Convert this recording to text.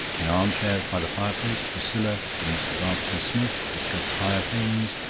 in arm-chairs by the fireplace, priscilla and mr. barbecue-smith discussed higher things,